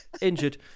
injured